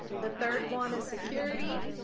the third one is security.